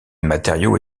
matériaux